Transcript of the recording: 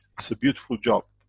it's a beautiful job.